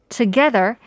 together